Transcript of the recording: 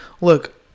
look